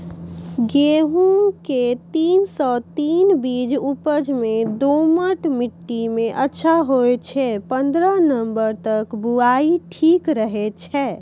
गेहूँम के तीन सौ तीन बीज उपज मे दोमट मिट्टी मे अच्छा होय छै, पन्द्रह नवंबर तक बुआई ठीक रहै छै